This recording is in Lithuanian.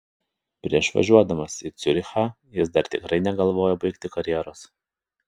prieš važiuodamas į ciurichą jis dar tikrai negalvojo baigti karjeros